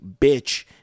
Bitch